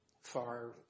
FAR